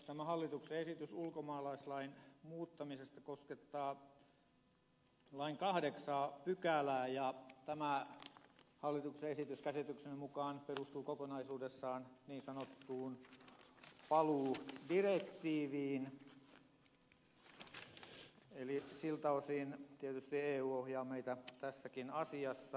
tämä hallituksen esitys ulkomaalaislain muuttamisesta koskettaa lain kahdeksaa pykälää ja hallituksen esitys käsitykseni mukaan perustuu kokonaisuudessaan niin sanottuun paluudirektiiviin eli siltä osin tietysti eu ohjaa meitä tässäkin asiassa